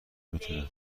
میتونه